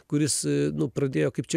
kuris nu pradėjo kaip čia